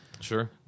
Sure